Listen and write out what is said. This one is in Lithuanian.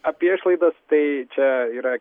apie išlaidas tai čia yra